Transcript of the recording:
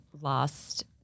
last